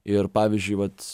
ir pavyzdžiui vat